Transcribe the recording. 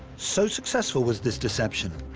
so successful was this deception,